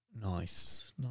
Nice